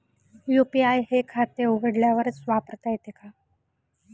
UPI हे खाते उघडल्यावरच वापरता येते का?